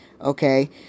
Okay